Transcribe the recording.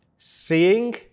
Seeing